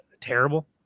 terrible